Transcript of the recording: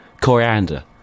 coriander